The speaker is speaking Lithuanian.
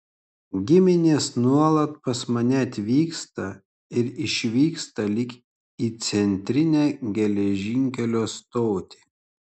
giminės nuolat pas mane atvyksta ir išvyksta lyg į centrinę geležinkelio stotį